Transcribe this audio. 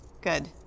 Good